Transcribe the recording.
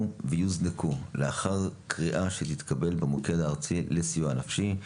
ויוזנקו לאחר קריאה שתתקבל במוקד הארצי לסיוע נפשי,